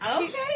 Okay